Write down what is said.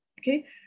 okay